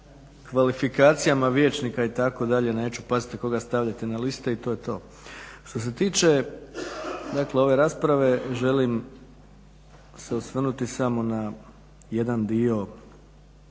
kvalifikacijama vijećnika itd. …/Ne razumije se./… koga stavljate na liste, i to je to. Što se tiče dakle ove rasprave želim se osvrnuti samo na jedan dio